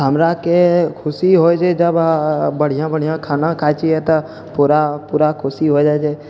हमराके खुशी होइ छै जब बढ़िआँ बढ़िआँ खाना खाइ छिए तऽ पूरा पूरा खुशी हो जाइ छै